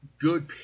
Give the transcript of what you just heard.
good